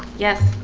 yes.